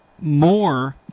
more